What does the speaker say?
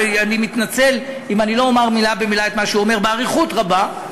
אני מתנצל אם אני לא אומר מילה במילה את מה שהוא אומר באריכות רבה,